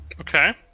okay